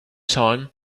time